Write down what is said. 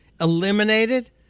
eliminated